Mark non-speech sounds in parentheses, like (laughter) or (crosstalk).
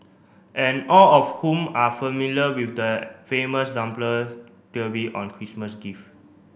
and all of whom are familiar with the famous (unintelligible) theory on Christmas gift